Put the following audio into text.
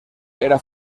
era